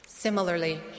Similarly